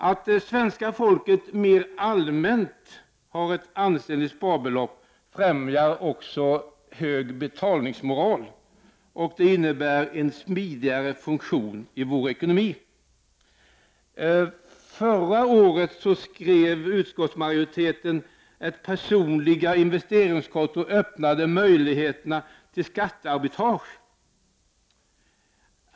Att svenska folket mer allmänt har ett ansenligt sparbelopp främjar också hög betalningsmoral och det innebär att vår ekonomi fungerar smidigare. Förra året skrev utskottsmajoriteten att personliga investeringskonton öppnade möjligheterna till skattearbitrage.